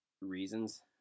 reasons